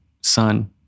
son